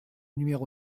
numéro